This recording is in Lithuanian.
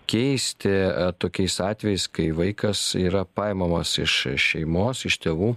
keisti tokiais atvejais kai vaikas yra paimamas iš šeimos iš tėvų